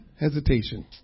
hesitation